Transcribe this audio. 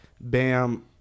Bam